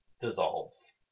dissolves